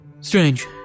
Strange